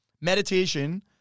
Meditation